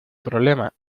problema